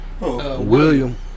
William